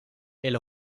elle